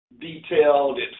detailed